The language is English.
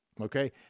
Okay